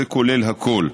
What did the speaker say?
זה כולל הכול: